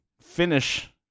finish